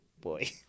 boy